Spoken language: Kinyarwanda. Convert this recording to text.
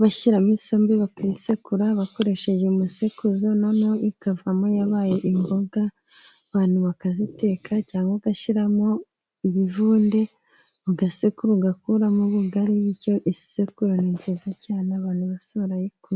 bashyiramo isombe bakayisekura bakoresheje umusekuzo, noneho ikavamo yabaye imboga abantu bakaziteka, cyangwa ugashyiramo ibivunde ugasekura ugakuramo ubugari, bityo isekuro ni nziza cyane abantu bose barayikunda.